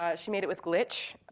ah she made it with glitch.